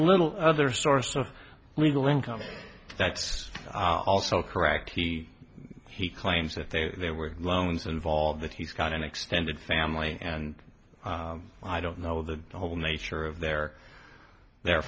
little other source of legal income that's also correct he claims that there were loans involved that he's got an extended family and i don't know the whole nature of their their